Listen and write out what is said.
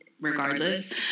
regardless